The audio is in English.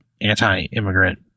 anti-immigrant